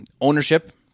ownership